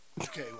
Okay